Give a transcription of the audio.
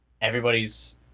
everybody's